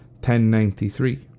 1093